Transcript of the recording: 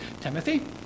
Timothy